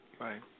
Right